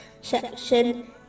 section